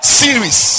series